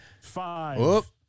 Five